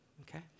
okay